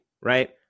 right